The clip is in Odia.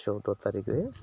ଚଉଦ ତାରିଖରେ